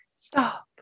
stop